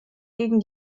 gegen